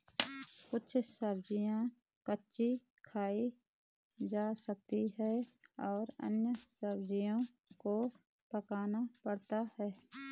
कुछ सब्ज़ियाँ कच्ची खाई जा सकती हैं और अन्य सब्ज़ियों को पकाना पड़ता है